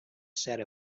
set